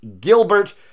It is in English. Gilbert